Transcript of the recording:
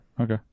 Okay